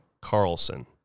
Carlson